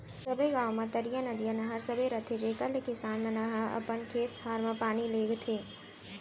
सबे गॉंव म तरिया, नदिया, नहर सबे रथे जेकर ले किसान मन ह अपन खेत खार म पानी लेगथें